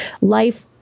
life